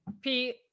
Pete